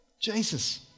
Jesus